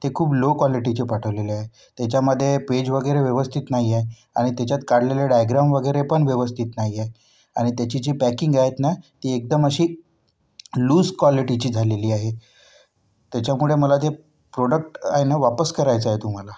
ते खूप लो क्वालिटीचे पाठवलेलं आहे त्याच्यामधे पेज वगैरे व्यवस्थित नाही आहे आणि त्याच्यात काढलेल्या डायग्राम वगैरे पण व्यवस्थित नाही आहे आणि त्याची जी पॅकिंग आहेत ना ती एकदम अशी लूझ क्वालिटीची झालेली आहे त्याच्यामुळे मला ते प्रॉडक्ट आहे ना वापस करायचे आहे तुम्हाला